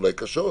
אולי קשות,